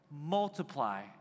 multiply